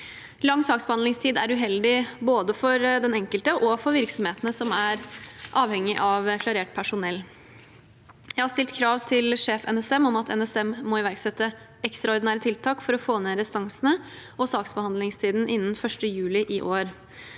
Lang saksbehandlingstid er uheldig både for den enkelte og for virksomhetene som er avhengige av klarert personell. Jeg har stilt krav til sjef NSM om at NSM må iverksette ekstraordinære tiltak for å få ned restansene og saksbehandlingstiden innen 1. juli i år.